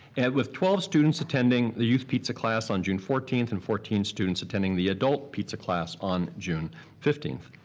and with twelve students attending the youth pizza class on june fourteenth and fourteen students attending the adult pizza class on june fifteenth.